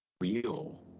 real